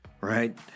right